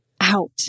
out